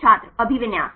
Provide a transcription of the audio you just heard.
छात्र अभिविन्यास